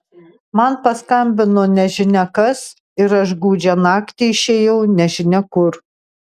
man paskambino nežinia kas ir aš gūdžią naktį išėjau nežinia kur